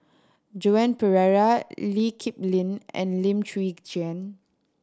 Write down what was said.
Joan Pereira Lee Kip Lin and Lim Chwee Chian